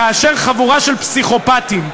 כאשר חבורה של פסיכופתים,